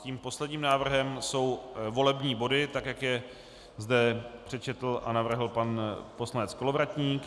Tím posledním návrhem jsou volební body, tak jak je zde přečetl a navrhl pan poslanec Kolovratník.